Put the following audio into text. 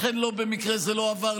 לכן לא במקרה זה לא עבר,